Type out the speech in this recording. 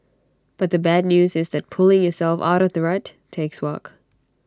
but the bad news is that pulling yourself out of the rut takes work